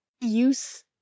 use